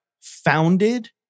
founded